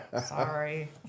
Sorry